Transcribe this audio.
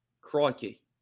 Crikey